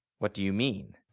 what do you mean?